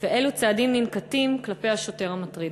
3. אילו צעדים ננקטים כלפי השוטר המטריד?